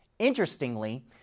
Interestingly